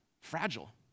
fragile